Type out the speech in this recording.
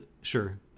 Sure